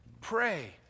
Pray